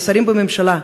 לשרים בממשלה,